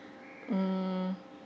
mm